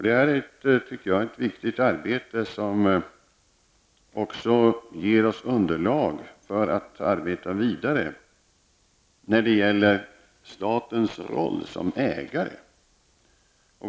Det är ett viktigt arbete som också ger oss underlag för att arbeta vidare när det gäller statens roll som ägare.